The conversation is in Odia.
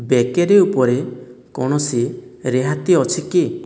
ବେକେରୀ ଉପରେ କୌଣସି ରିହାତି ଅଛି କି